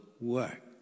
work